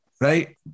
right